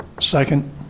Second